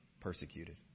persecuted